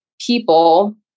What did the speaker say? people